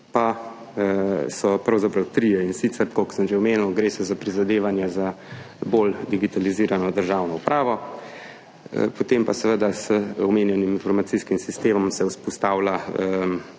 pa so pravzaprav trije. In sicer, kot sem že omenil, gre za prizadevanja za bolj digitalizirano državno upravo. Z omenjenim informacijskim sistemom se vzpostavlja